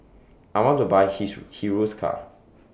I want to Buy Hiruscar